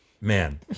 man